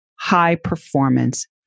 high-performance